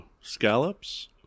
scallops